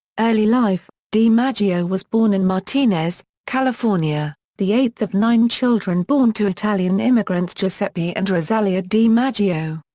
early life dimaggio was born in martinez, california, the eighth of nine children born to italian immigrants giuseppe and rosalia dimaggio.